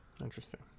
Interesting